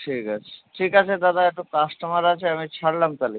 ঠিক আছে ঠিক আছে দাদা একটু কাস্টোমার আছে আমি ছাড়লাম তালে